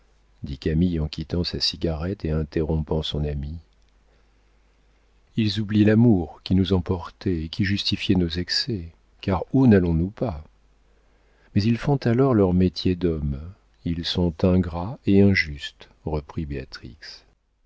dit camille en quittant la cigarette et interrompant son amie ils oublient l'amour qui nous emportait et qui justifiait nos excès car où nallons nous pas mais ils font alors leur métier d'hommes ils sont ingrats et injustes reprit